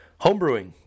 homebrewing